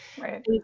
Right